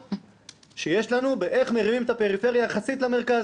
שיש לנו באיך מרימים את הפריפריה יחסית למרכז